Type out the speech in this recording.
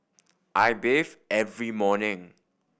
I bathe every morning